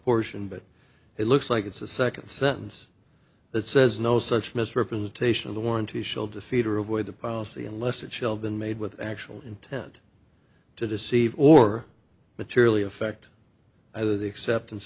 portion but it looks like it's the second sentence that says no such misrepresentation of the warranty shall defeater avoid the policy unless it shall been made with actual intent to deceive or materially affect either the acceptance